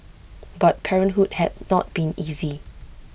but parenthood had not been easy